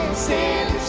sin